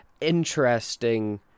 interesting